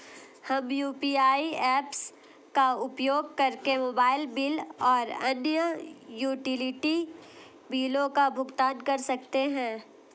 हम UPI apps का उपयोग करके मोबाइल बिल और अन्य यूटिलिटी बिलों का भुगतान कर सकते हैं